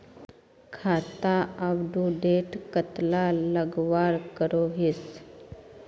खाता अपटूडेट कतला लगवार करोहीस?